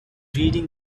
reading